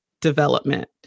development